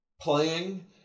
playing